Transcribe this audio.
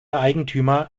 eigentümer